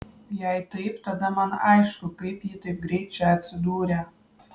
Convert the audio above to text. jei taip tada man aišku kaip ji taip greit čia atsidūrė